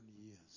years